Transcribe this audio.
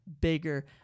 bigger